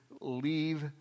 leave